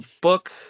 book